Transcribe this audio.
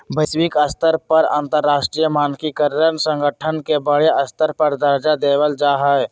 वैश्विक स्तर पर अंतरराष्ट्रीय मानकीकरण संगठन के बडे स्तर पर दर्जा देवल जा हई